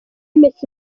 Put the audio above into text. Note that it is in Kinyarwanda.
messi